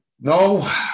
No